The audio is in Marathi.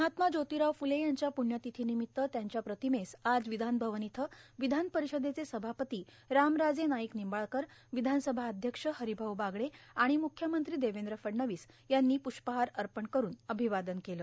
महात्मा जोतीराव फुले यांच्या प्र्ण्यातर्थीर्नामत्त त्यांच्या प्र्रातमेस आज र्यावधानभवन इथं विधानर्पारषदेचे सभापती रामराजे नाईक निंबाळकर विधानसभा अध्यक्ष र्हारभाऊ बागडे आर्ण म्ख्यमंत्री देवद्र फडणवीस यांनी प्रष्पहार अपण करून र्आभवादन केलं